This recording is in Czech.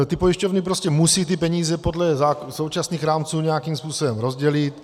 Ty pojišťovny prostě musí ty peníze podle současných rámců nějakým způsobem rozdělit.